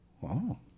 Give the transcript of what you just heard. Wow